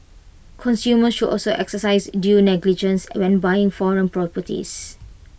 consumers should also exercise due diligences when buying foreign properties